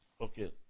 Okay